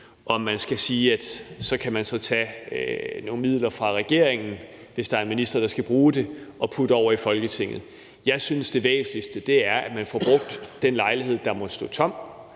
om man skal sige, at man så kan tage nogle midler fra regeringen, hvis der er en minister, der skal bruge en bolig, og putte dem over i Folketinget. Jeg synes, det væsentligste er, at man får brugt den lejlighed, der måtte stå tom,